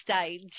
stage